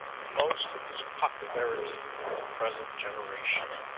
most of his popularity with the present generation.